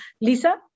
Lisa